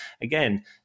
again